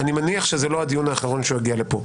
אני מניח שזה לא הדיון האחרון שהוא יגיע לפה.